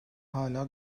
hala